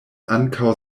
ankaŭ